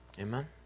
Amen